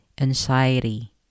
anxiety